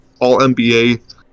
All-NBA